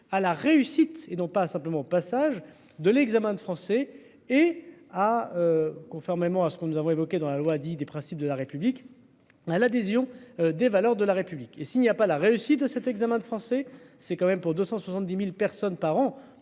à la réussite et non pas simplement au passage de l'examen de français et ah. Conformément à ce que nous avons évoqués dans la loi dit des principes de la République. À l'adhésion des valeurs de la République et s'il n'y a pas la réussite de cet examen de français c'est quand même pour 270.000 personnes par an